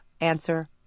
Answer